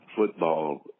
football